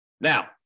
Now